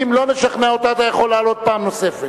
אם לא נשכנע אותו, אתה יכול לעלות פעם נוספת.